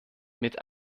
mit